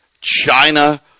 China